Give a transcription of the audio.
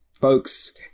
folks